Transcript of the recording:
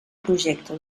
projecte